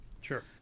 Sure